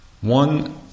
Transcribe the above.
One